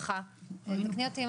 אנחנו נזמן אתכם